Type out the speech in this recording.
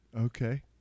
Okay